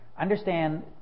understand